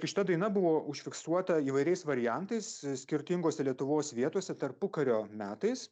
šita daina buvo užfiksuota įvairiais variantais skirtingose lietuvos vietose tarpukario metais